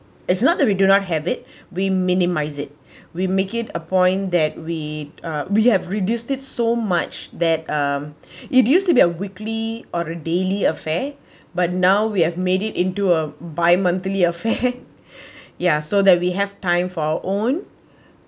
it's not that we do not habit we minimize it we make it a point that we uh we have reduced it so much that um it used to be a weekly or daily affair but now we have made it into a bimonthly affair ya so that we have time for our own